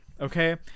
Okay